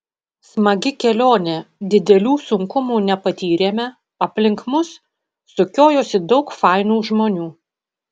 smagi kelionė didelių sunkumų nepatyrėme aplink mus sukiojosi daug fainų žmonių